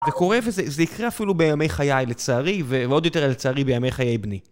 זה קורה, וזה יקרה אפילו בימי חיי לצערי, ועוד יותר לצערי בימי חיי בני.